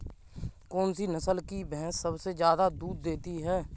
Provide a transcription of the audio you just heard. कौन सी नस्ल की भैंस सबसे ज्यादा दूध देती है?